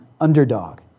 underdog